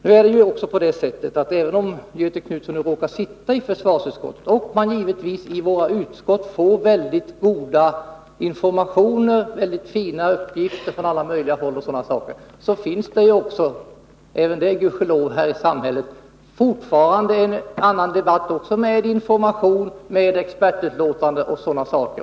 Nu är det också på det sättet, att även om Göthe Knutson råkar sitta i försvarsutskottet och man givetvis i våra utskott får väldigt goda informationer och fina uppgifter från olika håll, så vet vi — och jag säger även här gudskelov — att det i samhället fortfarande förs en annan debatt med information, expertutlåtanden och sådana saker.